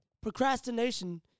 procrastination